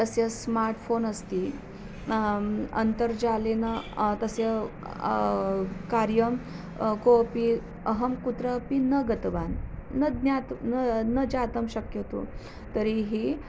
तस्य smart phone अस्ति अन्तर्जालेन तस्य कार्यं कोपि अहं कुत्रापि न गतवान् न ज्ञातुं न न जातु शक्यतु तर्हि